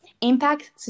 Impact